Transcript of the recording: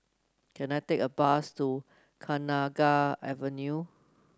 can I take a bus to Kenanga Avenue